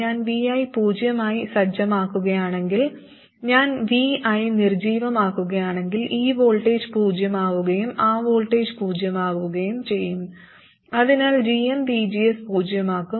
ഞാൻ vi പൂജ്യമായി സജ്ജമാക്കുകയാണെങ്കിൽ ഞാൻ vi നിർജ്ജീവമാക്കുകയാണെങ്കിൽ ഈ വോൾട്ടേജ് പൂജ്യമാവുകയും ആ വോൾട്ടേജ് പൂജ്യമാവുകയും ചെയ്യും അതിനാൽ gmvgs പൂജ്യമാകും